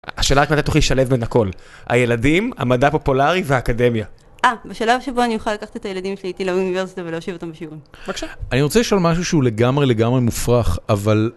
השאלה רק מתי תוכלי שלב בין הכל, הילדים, המדע הפופולרי והאקדמיה. אה, בשלב שבו אני אוכל לקחת את הילדים שלי איתי לאוניברסיטה ולהושיב אותם בשיעורים. בבקשה. אני רוצה לשאול משהו שהוא לגמרי לגמרי מופרך, אבל...